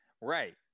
Right